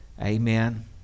Amen